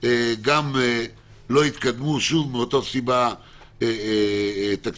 גם לא התקדמו מאותה סיבה תקציבית.